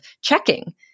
checking